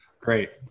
Great